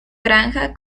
granja